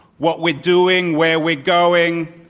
what we're doing, where we're going,